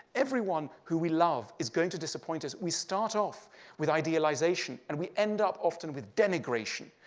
everyone who we love is going to disappoint us. we start off with idealization, and we end up often with denigration.